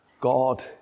God